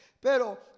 Pero